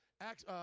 Acts